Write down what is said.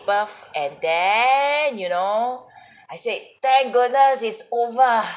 birth and then you know I said thank goodness it's over